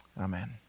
Amen